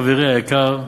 חברי היקר,